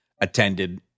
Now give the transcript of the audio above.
attended